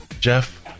Jeff